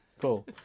Cool